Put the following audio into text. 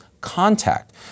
contact